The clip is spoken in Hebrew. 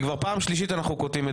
פעם שלישית אנחנו קוטעים את דבריה.